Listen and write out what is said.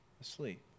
asleep